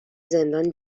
زندان